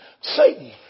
Satan